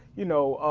you know,